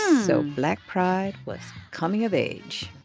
so black pride was coming of age